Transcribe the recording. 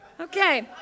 Okay